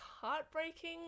heartbreaking